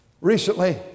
recently